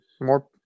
more